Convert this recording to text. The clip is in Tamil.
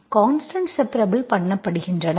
constant separable பண்ணபடுகின்றன